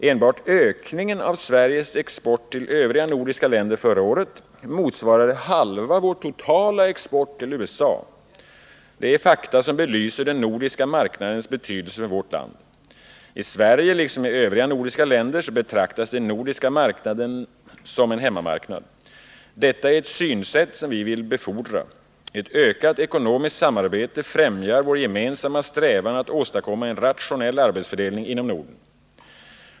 Enbart ökningen av Sveriges export till övriga nordiska länder förra året motsvarade halva vår totala export till USA. Det är fakta som belyser den nordiska marknadens betydelse för vårt eget land. I Sverige liksom i övriga nordiska länder betraktas den nordiska marknaden på många håll som en hemmamarknad. Detta är ett synsätt som vi vill befordra. Ett ökat ekonomiskt samarbete främjar vår gemensamma strävan att åstadkomma en rationell arbetsfördelning inom Norden.